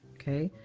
ok.